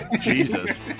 Jesus